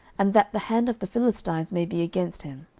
and that the hand of the philistines may be against him.